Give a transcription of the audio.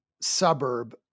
suburb